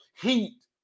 Heat